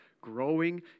growing